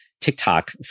TikTok